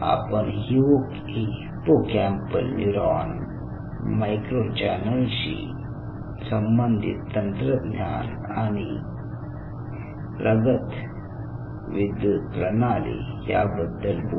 आपण hippocampal neuron micro चॅनेलशी संबंधित तंत्रज्ञान आणि प्रगत विद्युत प्रणाली याबद्दल बोलू